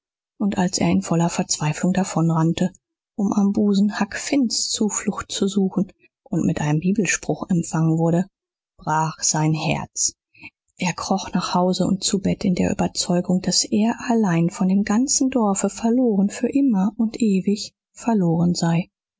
und als er in voller verzweiflung davonrannte um am busen huck finns zuflucht zu suchen und mit einem bibelspruch empfangen wurde brach sein herz er kroch nach hause und zu bett in der überzeugung daß er allein von dem ganzen dorfe verloren für immer und ewig verloren sei